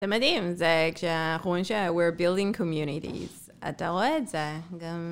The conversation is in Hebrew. זה מדהים, זה כשאנחנו אומרים We're building communities אתה רואה את זה